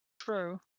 True